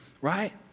right